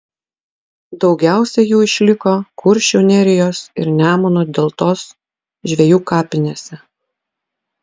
daugiausiai jų išliko kuršių nerijos ir nemuno deltos žvejų kapinėse